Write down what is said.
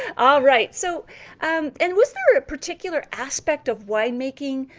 all right, so and was there a particular aspect of winemaking,